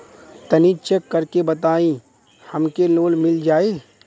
तनि चेक कर के बताई हम के लोन मिल जाई?